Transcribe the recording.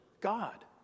God